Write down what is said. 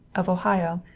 of ohio,